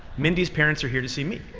mindy's parents are here to see me.